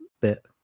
bit